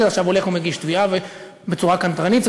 עכשיו הולך ומגיש תביעה בצורה קנטרנית.